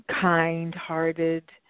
Kind-hearted